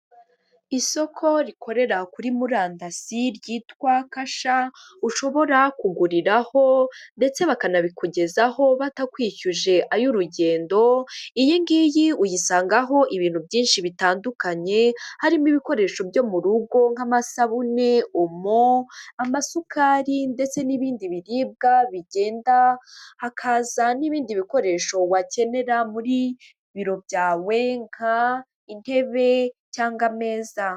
Isoko rikorera kuri murandasi ryitwa kasha ushobora kuguriraho ndetse bakanabikugezaho batakwishyuje ay'urugendo, iyi ngiyi uyisangaho ibintu byinshi bitandukanye harimo ibikoresho byo mu rugo nk'amasabune, omo, amasukari ndetse n'ibindi biribwa bigenda hakaza n'ibindi bikoresho wakenera muri biro byawe nk'intebe cyangwa ameza.